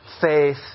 faith